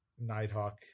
Nighthawk